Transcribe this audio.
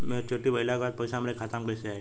Maturity भईला के बाद पईसा हमरे खाता में कइसे आई?